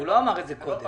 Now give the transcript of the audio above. הוא לא אמר את זה קודם.